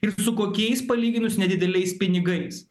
ir su kokiais palyginus nedideliais pinigais